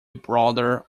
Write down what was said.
brother